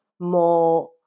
more